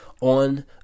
on